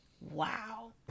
Wow